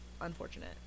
unfortunate